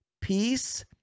peace